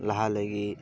ᱞᱟᱦᱟ ᱞᱟᱹᱜᱤᱫ